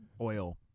oil